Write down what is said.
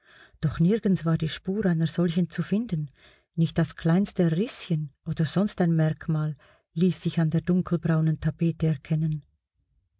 doch nirgends war die spur einer solchen zu finden nicht das kleinste rißchen oder sonst ein merkmal ließ sich an der dunkelbraunen tapete erkennen